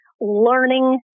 learning